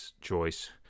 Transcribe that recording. choice